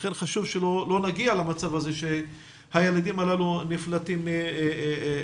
לכן חשוב שלא נגיע למצב הזה שהילדים הללו נפלטים מהמערכת.